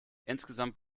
insgesamt